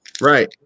right